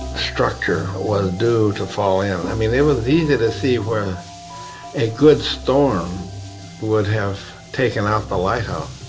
structure was due to fall in. i mean, it was easy to see where a good storm would have taken out the lighthouse.